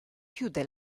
chiude